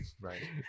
Right